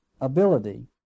ability